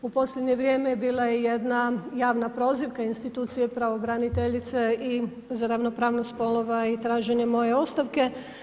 U posljednje vrijeme je bila i jedna javna prozivka institucije pravobraniteljice i za ravnopravnost spolova i traženje moje ostavke.